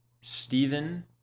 Stephen